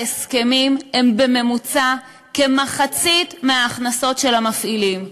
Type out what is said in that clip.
ההסכמים הם בממוצע כמחצית מההכנסות של המפעילים.